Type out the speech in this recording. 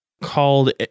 called